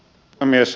puhemies